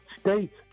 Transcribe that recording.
states